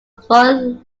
foreign